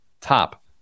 top